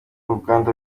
uruganda